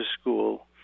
school